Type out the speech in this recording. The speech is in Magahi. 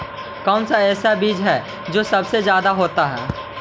कौन सा ऐसा बीज है जो सबसे ज्यादा होता है?